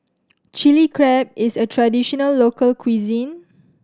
Chili Crab is a traditional local cuisine